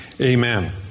amen